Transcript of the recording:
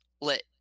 lit